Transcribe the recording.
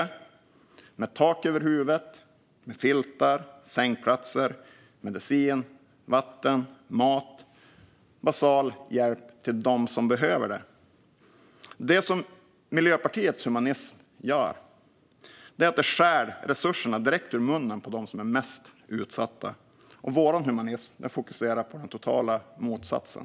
Det handlar om att ge tak över huvudet, filtar, sängplatser, medicin, vatten, mat och basal hjälp till dem som behöver det. Det Miljöpartiets humanism gör är att stjäla resurserna direkt ur munnen på dem som är mest utsatta. Vår humanism fokuserar på den totala motsatsen.